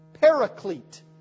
Paraclete